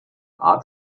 art